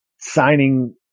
signing